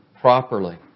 properly